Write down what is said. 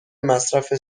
مصرف